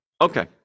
Okay